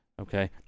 okay